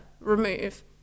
remove